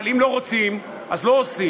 אבל אם לא רוצים אז לא עושים,